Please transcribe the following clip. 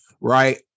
Right